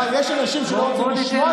יש אנשים שלא רוצים לשמוע,